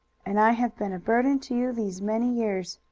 and i have been a burden to you these many years!